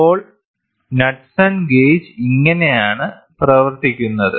അപ്പോൾ Knudsen gauge ഇങ്ങനെയാണ് പ്രവർത്തിക്കുന്നത്